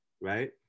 right